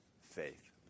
faith